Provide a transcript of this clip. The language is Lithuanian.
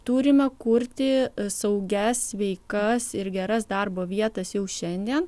turime kurti saugias sveikas ir geras darbo vietas jau šiandien